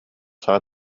саа